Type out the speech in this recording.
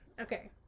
Okay